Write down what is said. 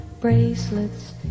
bracelets